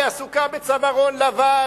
היא עסוקה בצווארון לבן,